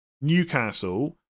Newcastle